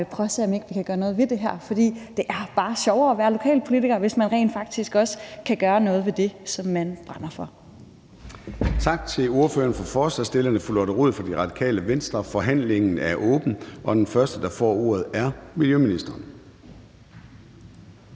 prøve at se, om ikke vi kan gøre noget ved det her. For det er bare sjovere at være lokalpolitiker, hvis man rent faktisk også kan gøre noget ved det, som man brænder for. Kl. 14:17 Formanden (Søren Gade): Tak til ordføreren for forslagsstillerne, fru Lotte Rod fra Radikale Venstre. Forhandlingen er åbnet, og den første, der får ordet, er miljøministeren.